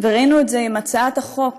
ראינו את זה עם הצעת החוק